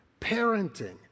parenting